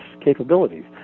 capabilities